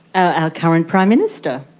our current prime minister.